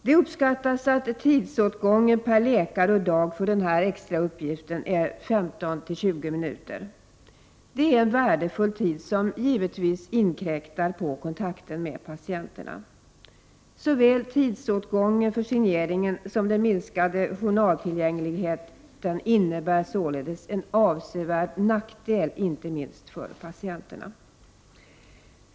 Det uppskattas att tidsåtgången per läkare och dag för den här extra uppgiften är 15-20 minuter. Det är värdefull tid som givetvis inkräktar på kontakten med patienterna. Såväl tidsåtgången för signeringen som den minskade journaltillgängligheten innebär således en avsevärd nackdel, inte minst för patienterna.